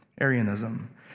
Arianism